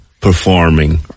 performing